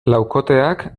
laukoteak